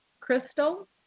Crystal